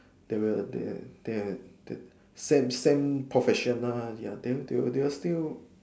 they will they they they send send professional then they will still